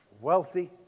wealthy